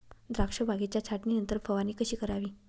द्राक्ष बागेच्या छाटणीनंतर फवारणी कशी करावी?